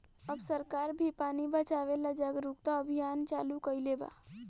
अब सरकार भी पानी बचावे ला जागरूकता अभियान चालू कईले बा